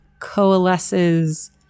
coalesces